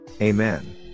Amen